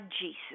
Jesus